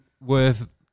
worth